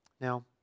Now